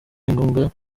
inkunga